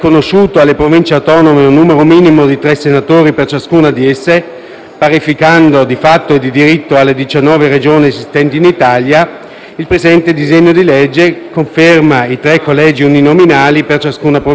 il presente disegno di legge conferma i tre collegi uninominali per ciascuna Provincia, così come previsti dalla legge n. 422 del 1991, di attuazione della misura 111 del cosiddetto